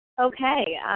Okay